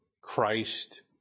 Christ